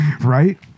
Right